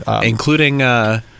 Including